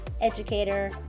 educator